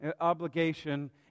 obligation